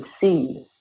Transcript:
see